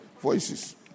voices